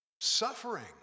suffering